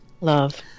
Love